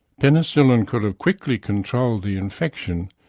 penicillin could have quickly controlled the infection,